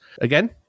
again